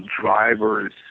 driver's